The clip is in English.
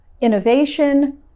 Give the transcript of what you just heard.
innovation